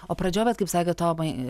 o pradžioj bet kaip sakėt tomai